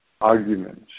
arguments